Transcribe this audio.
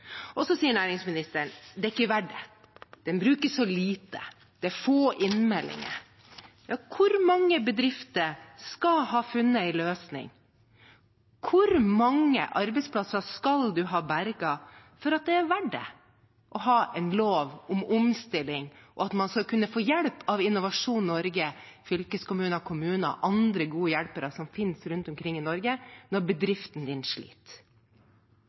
sier næringsministeren at det ikke er verdt det, den brukes så lite, det er få innmeldinger. Ja, hvor mange bedrifter skal ha funnet en løsning, hvor mange arbeidsplasser skal man ha berget for at det er verdt det å ha en lov om omstilling, og at man skal kunne få hjelp av Innovasjon Norge, fylkeskommuner, kommuner og andre gode hjelpere som finnes rundt omkring i Norge, når bedriften sliter?